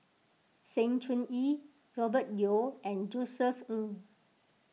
Sng Choon Yee Robert Yeo and Josef Ng